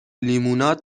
لیموناد